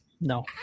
no